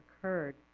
occurred